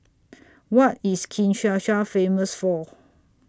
What IS Kinshasa Famous For